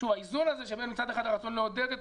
שוב האיזון הזה שבין מצד אחד הרצון לעודד את